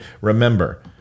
Remember